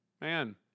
Man